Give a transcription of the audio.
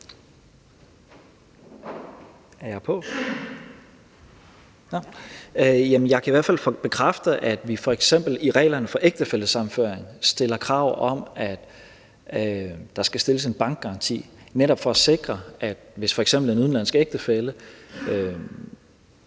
Jeg kan i hvert fald bekræfte, at vi f.eks. i reglerne for ægtefællesammenføring stiller krav om, at der skal stilles en bankgaranti, netop for at sikre, at hvis f.eks. en udenlandsk ægtefælle